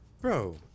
bro